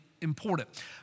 important